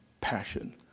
passion